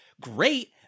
great